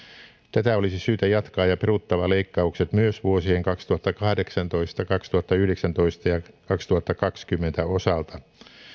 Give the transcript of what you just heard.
tätä olisi syytä jatkaa ja olisi peruttava leikkaukset myös vuosien kaksituhattakahdeksantoista kaksituhattayhdeksäntoista ja kaksituhattakaksikymmentä osalta